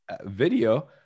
video